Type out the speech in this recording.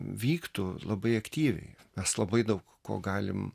vyktų labai aktyviai mes labai daug ko galim